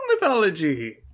mythology